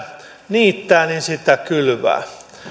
niittää sitä kylvää